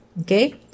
Okay